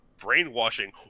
brainwashing